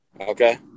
Okay